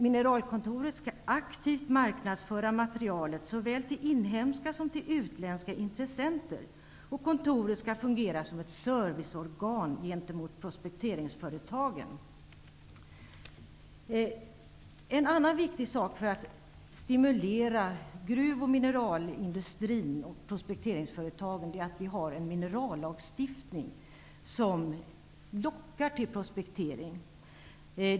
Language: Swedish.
Mineralkontoret skall aktivt marknadsföra materialet såväl till inhemska som till utländska intressenter. Kontoret skall fungera som ett serviceorgan gentemot prospekteringsföretagen. En annan viktig sak för att stimulera gruv och mineralindustrin och prospekteringsföretagen är att vi har en minerallagstiftning som lockar till prospektering.